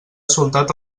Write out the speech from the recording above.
soltat